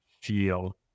feel